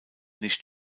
nicht